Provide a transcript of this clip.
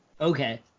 Okay